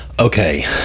Okay